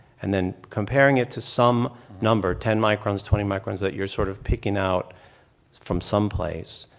and then comparing it to some number, ten microns, twenty microns, that you're sort of picking out from some place.